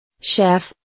Chef